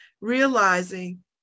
realizing